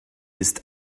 ist